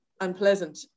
unpleasant